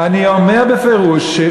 אני אומר בפירוש,